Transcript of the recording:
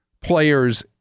players